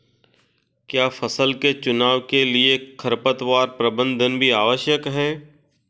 क्या फसल के चुनाव के लिए खरपतवार प्रबंधन भी आवश्यक है?